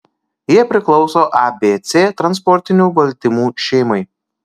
jie priklauso abc transportinių baltymų šeimai